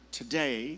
today